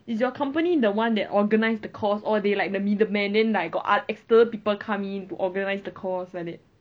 is your company the one that organize the course or they like the middlemen then like got oth~ external people come in to organise the course like that